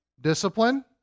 Discipline